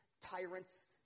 tyrants